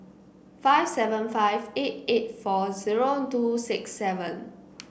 five seven five eight eight four zero two six seven